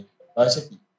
university